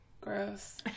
Gross